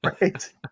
Right